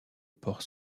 port